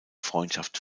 freundschaft